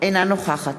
אינה נוכחת